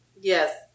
Yes